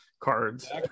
cards